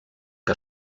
que